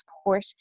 support